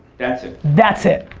that's it. that's it.